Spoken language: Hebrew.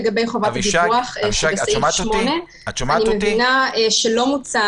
לגבי חובת הדיווח בסעיף 8. אני מבינה שלא מוצע